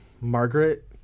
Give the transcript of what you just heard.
Margaret